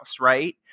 right